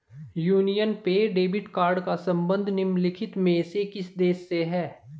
Union पे debit card का संबंध निम्नलिखित में से किस देश से है?